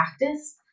practice